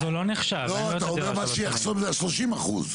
אתה אומר, מה שיחסום זה ה-30%.